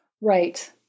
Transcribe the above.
Right